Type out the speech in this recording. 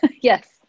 Yes